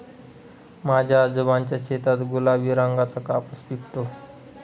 माझ्या आजोबांच्या शेतात गुलाबी रंगाचा कापूस पिकतो